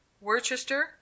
worcester